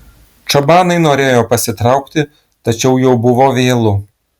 čabanai norėjo pasitraukti tačiau jau buvo vėlu